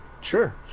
sure